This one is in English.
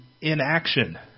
inaction